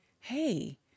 hey